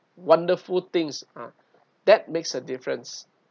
wonderful things ha that makes a difference